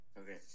Okay